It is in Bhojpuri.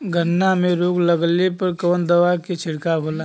गन्ना में रोग लगले पर कवन दवा के छिड़काव होला?